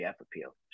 appeal